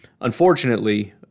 Unfortunately